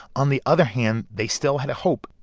on the other hand, they still had a hope.